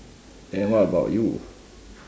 and what about you